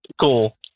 cool